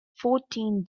fourteen